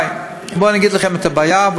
MRI, אגיד לכם מה הבעיה.